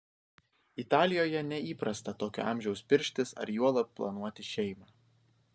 italijoje neįprasta tokio amžiaus pirštis ar juolab planuoti šeimą